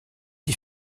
des